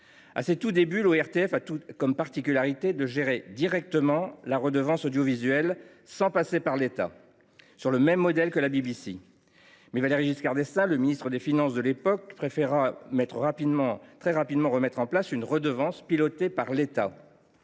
À ses tout débuts, l’ORTF a comme particularité de gérer directement la redevance audiovisuelle sans passer par l’État, sur le même modèle que la BBC (). Valéry Giscard d’Estaing, ministre des finances de l’époque, préféra très rapidement remettre en place une redevance pilotée par l’État,